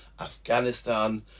Afghanistan